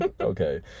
Okay